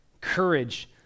courage